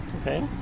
Okay